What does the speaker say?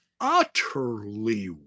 utterly